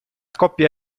coppia